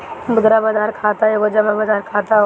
मुद्रा बाजार खाता एगो जमा बाजार खाता होला